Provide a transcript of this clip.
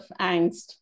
angst